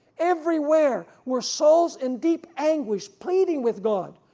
everywhere were souls in deep anguish pleading with god.